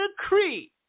decree